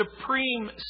supreme